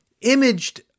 imaged